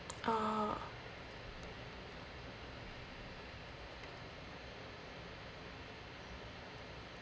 uh